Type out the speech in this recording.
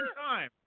time